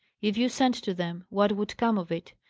if you send to them, what would come of it?